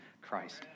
Christ